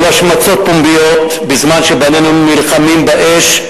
או להשמצות פומביות בזמן שבנינו נלחמים באש,